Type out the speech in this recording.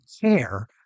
care